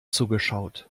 zugeschaut